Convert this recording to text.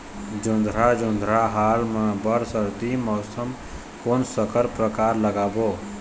जोंधरा जोन्धरा हाल मा बर सर्दी मौसम कोन संकर परकार लगाबो?